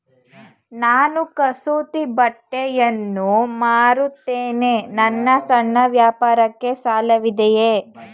ನಾನು ಕಸೂತಿ ಬಟ್ಟೆಗಳನ್ನು ಮಾರುತ್ತೇನೆ ನನ್ನ ಸಣ್ಣ ವ್ಯಾಪಾರಕ್ಕೆ ಸಾಲವಿದೆಯೇ?